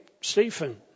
Stephen